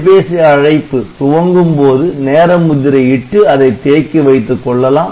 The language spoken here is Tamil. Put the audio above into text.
தொலைபேசி அழைப்பு துவங்கும் போது நேர முத்திரை இட்டு அதை தேக்கி வைத்துக்கொள்ளலாம்